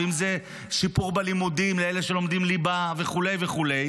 ואם זה שיפור בלימודים לאלה שלומדים ליבה וכו' וכו'.